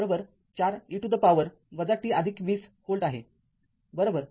तर सरलीकृत केल्यास समान गोष्ट मिळेल v२४ e to the power t२० व्होल्ट आहेबरोबर